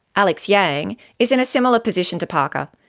alex yang is in a similar position to parker.